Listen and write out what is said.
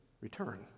return